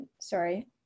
sorry